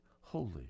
holy